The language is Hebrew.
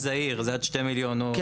ועסק זעיר עד 2 מיליון ₪.